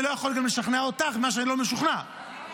וגם לא יכול לשכנע אותך במה שאני לא משוכנע בו.